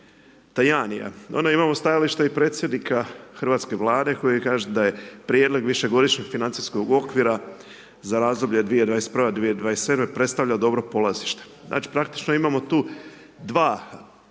Tajanija, onda imamo i stajalište predsjednika hrvatske Vlade koji kaže da je prijedlog višegodišnjeg financijskog okvira za razdoblje 2021.,…/Govornik se ne razumije/… predstavlja dobro polazišta. Znači, praktički imamo tu dva